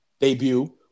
debut